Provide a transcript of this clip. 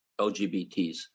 LGBTs